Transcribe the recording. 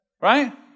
Right